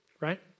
right